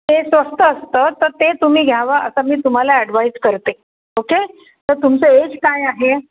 ते स्वस्त असतं तर ते तुम्ही घ्यावं असा मी तुम्हाला ॲडवाईज करते ओके तर तुमचं एज काय आहे